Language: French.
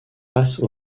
passent